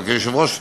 אבל כיושב-ראש,